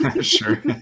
Sure